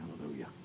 Hallelujah